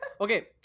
Okay